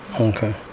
Okay